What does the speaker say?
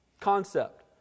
concept